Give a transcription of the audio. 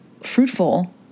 fruitful